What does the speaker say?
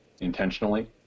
intentionally